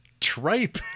Tripe